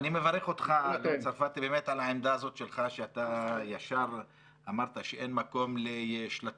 אני מברך אותך על העמדה הזאת שלך שאתה ישר אמרת שאין מקום לשלטים